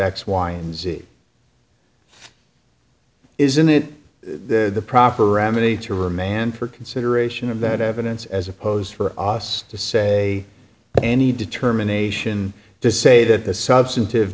x y and z isn't it the proper remedy to remand for consideration of that evidence as opposed for us to say any determination to say that the substantive